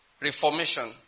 reformation